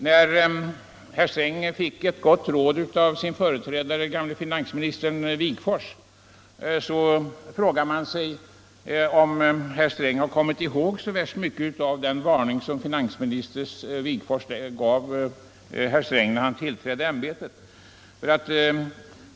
Herr Sträng fick ett gott råd av sin företrädare finansminister Wigforss, men man frågar sig om herr Sträng har kommit ihåg så värst mycket av den varning som finansminister Wigforss gav herr Sträng när han tillträdde ämbetet.